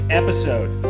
episode